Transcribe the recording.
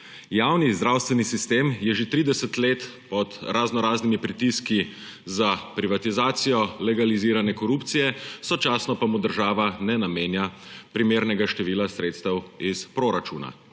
Javni zdravstveni sistem je že 30 let pod raznoraznimi pritiski za privatizacijo, legalizirane korupcije, sočasno pa mu država ne namenja primernega števila sredstev iz proračuna,